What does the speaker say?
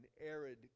arid